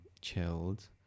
chilled